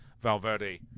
Valverde